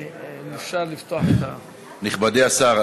נכבדי השר,